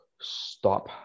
stop